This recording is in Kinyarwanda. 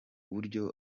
buryo